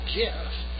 gift